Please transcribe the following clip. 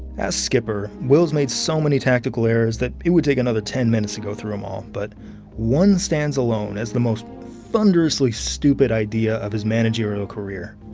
as skipper, wills made so many tactical errors that it would take another ten minutes to go through em all. but one stands alone as the most thunderously stupid idea of his managerial career.